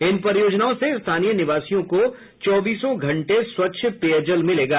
इन परियोजनाओं से स्थानीय निवासियों को चौबीसों घंटे स्वच्छ पेय जल मिलेगा